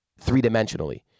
three-dimensionally